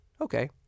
Okay